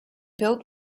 built